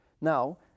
Now